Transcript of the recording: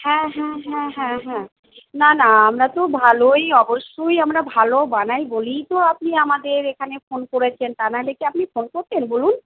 হ্যাঁ হ্যাঁ হ্যাঁ হ্যাঁ হ্যাঁ না না আমরা তো ভালোই অবশ্যই আমরা ভালো বানাই বলেই তো আপনি আমাদের এখানে ফোন করেছেন তা নাহলে কি আপনি ফোন করতেন বলুন